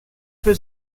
für